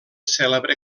cèlebre